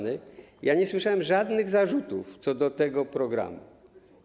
Nie słyszałem żadnych zarzutów co do tego programu.